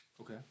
Okay